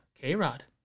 K-Rod